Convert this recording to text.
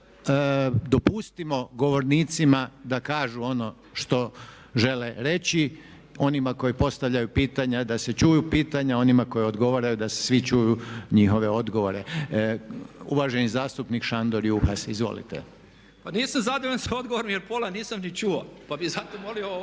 dopustimo govornicima da kažu ono što žele reći, onima koji postavljaju pitanja da se čuju pitanja, onima koji odgovaraju da svi čuju njihove odgovore. Uvaženi zastupnik Šandor Juhas, izvolite. **Juhas, Šandor (Nezavisni)** Pa nisam zadovoljan s odgovorom jer pola nisam ni čuo pa bih zato molio ove